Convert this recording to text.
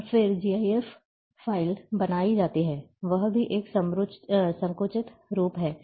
और फिर GIF file बनाई जाती है वह भी एक संकुचित प्रारूप है